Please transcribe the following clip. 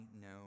no